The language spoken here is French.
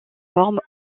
forme